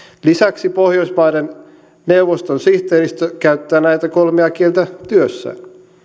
lisäksi pohjoismaiden neuvoston sihteeristö käyttää näitä kolmea kieltä työssään